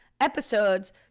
episodes